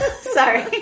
Sorry